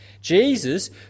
Jesus